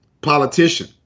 politician